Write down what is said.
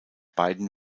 beiden